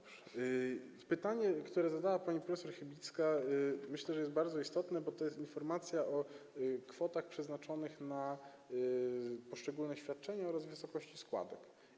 Myślę, że pytanie, które zadała pani prof. Chybicka, jest bardzo istotne, bo to jest informacja o kwotach przeznaczonych na poszczególne świadczenia oraz o wysokości składek.